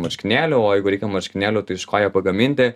marškinėlių o jeigu reikia marškinėlių tai iš ko jie pagaminti